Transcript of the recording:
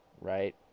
right